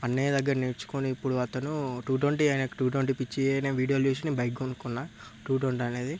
అన్నయ్య దగ్గర నేర్చుకుని ఇప్పుడు అతను టూ ట్వంటీ అనేది టూ ట్వంటీ పిచ్చి నేను వీడియోలు చేసి నేను బైక్ కొనుక్కున్న టూ ట్వంటీ అనేది